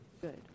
Good